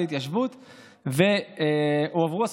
לומר,